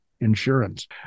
Insurance